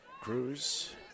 Cruz